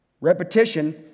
Repetition